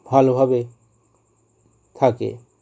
ভালোভাবে থাকে